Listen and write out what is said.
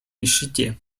нищете